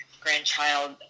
grandchild